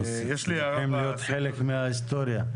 אנחנו רוצים שיאשרו את המפרטים במועצה.